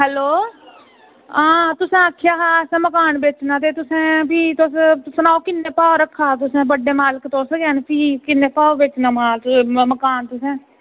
hello हां तुसें आखेआ हा असें मकान बेचना ते तुसें फ्ही तुस सनाओ कि'न्ने भाऽ रखना तुसें बड्डे मालक तुस गै न फ्ही कि'न्ने भाऽ दा बेचना मकान तुसें